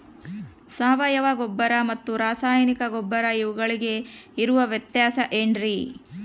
ಸಾವಯವ ಗೊಬ್ಬರ ಮತ್ತು ರಾಸಾಯನಿಕ ಗೊಬ್ಬರ ಇವುಗಳಿಗೆ ಇರುವ ವ್ಯತ್ಯಾಸ ಏನ್ರಿ?